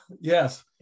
Yes